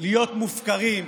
להיות מופקרים,